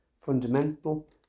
fundamental